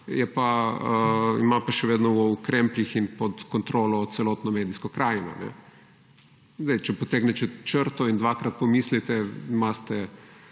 ima pa še vedno v krempljih in pod kontrolo celotno medijsko krajino. Zdaj, če potegnete črto in dvakrat pomislite, imate